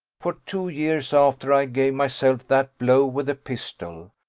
for two years after i gave myself that blow with the pistol,